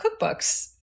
cookbooks